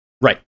Right